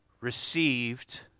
received